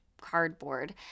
cardboard